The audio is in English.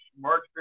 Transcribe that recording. March